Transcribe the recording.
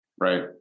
Right